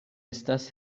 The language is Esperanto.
estas